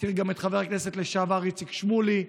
נזכיר גם את חבר הכנסת לשעבר איציק שמולי,